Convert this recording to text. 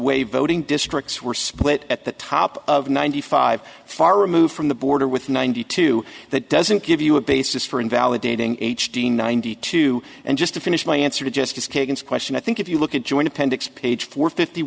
way voting districts were split at the top of ninety five far removed from the border with ninety two that doesn't give you a basis for invalidating h d ninety two and just to finish my answer to justice kagan's question i think if you look at joint appendix page four fifty